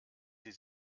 sie